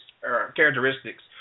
characteristics